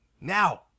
Now